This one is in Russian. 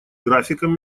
графиком